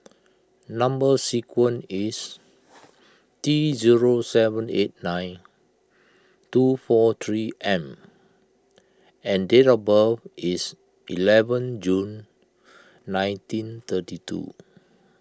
Number Sequence is T zero seven eight nine two four three M and date of birth is eleven June nineteen thirty two